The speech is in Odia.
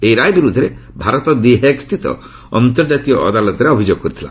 ଏହି ରାୟ ବିରୋଧରେ ଭାରତ 'ଦି ହେଗ୍'ସ୍ଥିତ ଅନ୍ତର୍ଜାତୀୟ ଅଦାଲତରେ ଅଭିଯୋଗ କରିଥିଲା